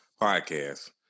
Podcast